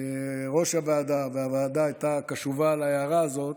ראש הוועדה והוועדה היו קשובים להערה הזאת.